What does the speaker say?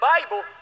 Bible